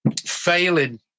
failing